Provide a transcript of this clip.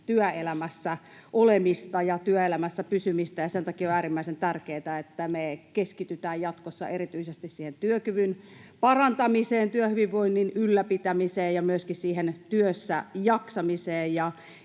työelämässä olemista ja työelämässä pysymistä, ja sen takia on äärimmäisen tärkeätä, että me keskitytään jatkossa erityisesti työkyvyn parantamiseen, työhyvinvoinnin ylläpitämiseen ja myöskin työssäjaksamiseen.